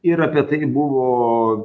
ir apie tai buvo